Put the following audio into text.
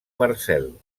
marcel